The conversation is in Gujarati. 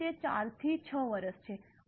તેથી તે 4 થી 6 વર્ષ છે